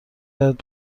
یادت